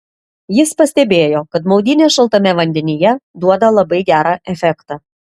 jis pastebėjo kad maudynės šaltame vandenyje duoda labai gerą efektą